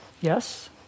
Yes